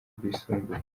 rwisumbuye